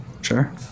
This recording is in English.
Sure